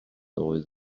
oedd